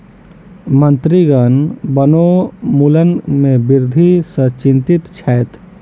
मंत्रीगण वनोन्मूलन में वृद्धि सॅ चिंतित छैथ